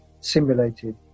simulated